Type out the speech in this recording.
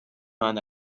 man